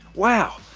wow!